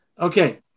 okay